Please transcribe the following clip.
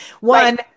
one